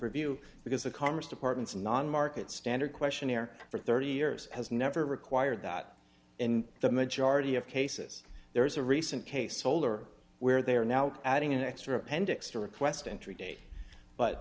review because the commerce departments and non market standard questionnaire for thirty years has never required that in the majority of cases there is a recent case solar where they are now adding an extra pending extra quest entry day but